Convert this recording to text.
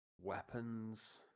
weapons